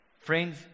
Friends